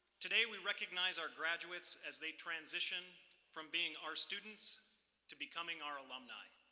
today, we recognize our graduates as they transition from being our students to becoming our alumni.